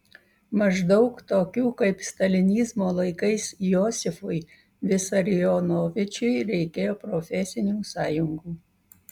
maždaug tokių kaip stalinizmo laikais josifui visarionovičiui reikėjo profesinių sąjungų